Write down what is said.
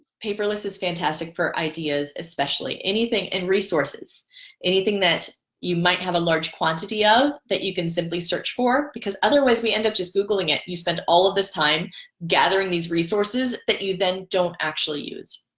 paperless is fantastic for ideas especially anything in resources anything that you might have a large quantity of that you can simply search for because otherwise we end up just googling it you spend all of this time gathering these resources that you then don't actually use